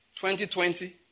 2020